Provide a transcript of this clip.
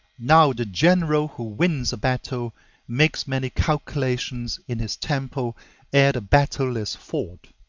now the general who wins a battle makes many calculations in his temple ere the battle is fought.